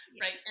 right